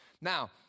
Now